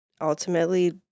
ultimately